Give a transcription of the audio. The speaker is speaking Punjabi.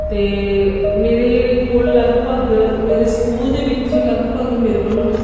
ਅਤੇ ਮੇਰੇ ਕੋਲ ਲਗਭਗ ਮੇਰੇ ਸਕੂਲ ਦੇ ਵਿੱਚ ਲਗਭਗ ਮੇਰੇ ਕੋਲ